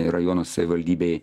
rajono savivaldybei